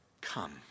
come